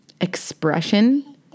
expression